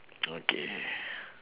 okay